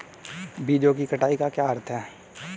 बीजों की कटाई का क्या अर्थ है?